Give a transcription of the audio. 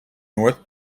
north